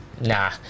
Nah